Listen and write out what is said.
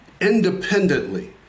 independently